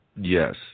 Yes